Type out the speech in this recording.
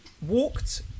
walked